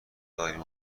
داریم